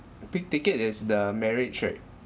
big ticket is the marriage right